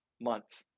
months